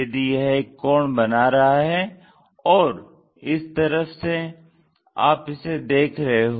यदि यह एक कोण बना रहा है और इस तरफ से आप इसे देख रहे हो